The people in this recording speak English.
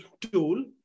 tool